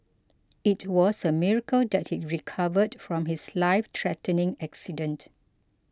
it was a miracle that he recovered from his lifethreatening accident